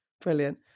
Brilliant